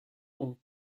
hong